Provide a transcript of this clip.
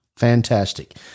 fantastic